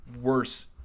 worse